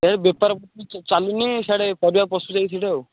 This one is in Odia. ଏ ବେପାର ଚାଲୁନି ସିଆଡ଼େ ପରିବା ପଶୁଛି ଯାଇ ସିଆଡ଼େ ଆଉ